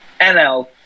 NL